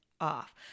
off